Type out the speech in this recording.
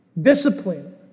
Discipline